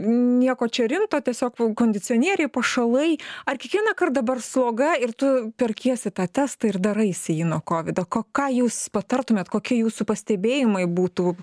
nieko čia rimto tiesiog kondicionieriai pašalai ar kiekvienąkart dabar sloga ir tu perkiesi tą testą ir daraisi jį nuo kovido ką jūs patartumėt kokie jūsų pastebėjimai būtų